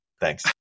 Thanks